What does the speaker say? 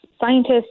scientists